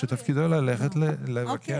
שתפקידו ללכת לבקר ולהקשיב להם.